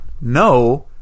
no